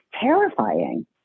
terrifying